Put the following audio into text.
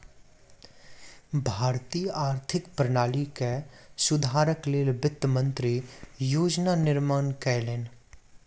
भारतीय आर्थिक प्रणाली के सुधारक लेल वित्त मंत्री योजना निर्माण कयलैन